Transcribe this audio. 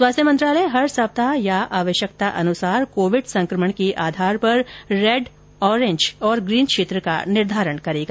स्वास्थ्य मंत्रालय हर सप्ताह या आवश्यकतानुसार कोविड संक्रमण के आधार पर रेड ओरेंज तथा ग्रीन क्षेत्र का निर्धारण करेगा